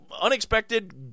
unexpected